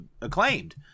acclaimed